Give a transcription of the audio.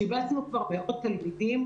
שיבצנו כבר מאות תלמידים.